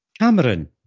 Cameron